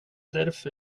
därför